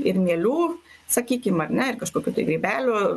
ir mielių sakykim ar ne ir kažkokių tai grybelių